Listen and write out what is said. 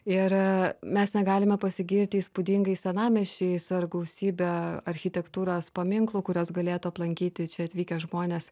ir mes negalime pasigirti įspūdingais senamiesčiais ar gausybe architektūros paminklų kuriuos galėtų aplankyti čia atvykę žmonės